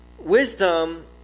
Wisdom